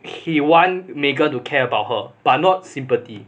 he want megan to care about her but not sympathy